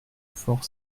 fort